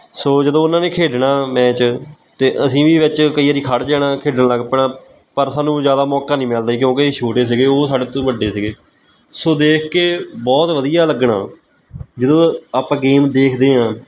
ਸੋ ਜਦੋਂ ਉਹਨਾਂ ਨੇ ਖੇਡਣਾ ਮੈਚ ਤਾਂ ਅਸੀਂ ਵੀ ਵਿੱਚ ਕਈ ਵਾਰੀ ਖੜ੍ਹ ਜਾਣਾ ਖੇਡਣ ਲੱਗ ਪੈਣਾ ਪਰ ਸਾਨੂੰ ਜ਼ਿਆਦਾ ਮੌਕਾ ਨਹੀਂ ਮਿਲਦਾ ਕਿਉਂਕਿ ਅਸੀਂ ਛੋਟੇ ਸੀਗੇ ਉਹ ਸਾਡੇ ਤੋਂ ਵੱਡੇ ਸੀਗੇ ਸੋ ਦੇਖ ਕੇ ਬਹੁਤ ਵਧੀਆ ਲੱਗਣਾ ਜਦੋਂ ਆਪਾਂ ਗੇਮ ਦੇਖਦੇ ਹਾਂ